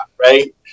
right